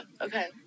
okay